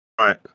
right